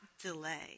delay